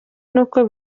nuko